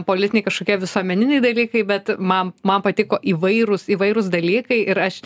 politiniai kažkokie visuomeniniai dalykai bet man man patiko įvairūs įvairūs dalykai ir aš